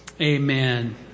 Amen